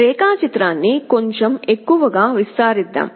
రేఖాచిత్రాన్ని కొంచెం ఎక్కువగా విస్తరిద్దాం